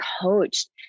coached